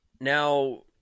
Now